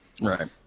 Right